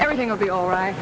everything will be all right